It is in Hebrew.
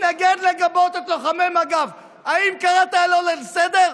מתנגד לגבות את לוחמי מג"ב, האם קראת אותו לסדר?